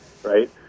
Right